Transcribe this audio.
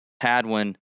Hadwin